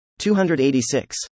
286